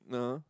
ah